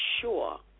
sure